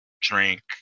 drink